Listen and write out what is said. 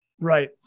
right